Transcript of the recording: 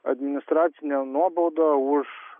administracinę nuobaudą už